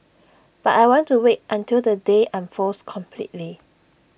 but I want to wait until the day unfolds completely